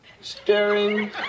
staring